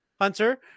Hunter